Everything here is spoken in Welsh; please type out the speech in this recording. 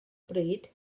bryd